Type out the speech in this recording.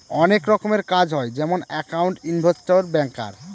অনেক রকমের কাজ হয় যেমন একাউন্ট, ইনভেস্টর, ব্যাঙ্কার